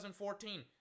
2014